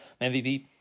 MVP